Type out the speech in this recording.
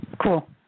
Cool